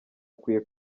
akwiye